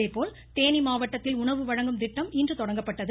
இதேபோல் தேனி மாவட்டத்தில் உணவு வழங்கும் திட்டம் இன்று தொடங்கப்பட்டது